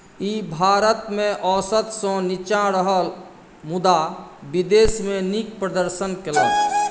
ई भारतमे औसतसँ नीचाँ रहल मुदा विदेशमे नीक प्रदर्शन केलक